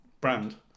Brand